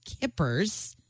kippers